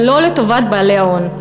ולא לטובת בעלי ההון.